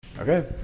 okay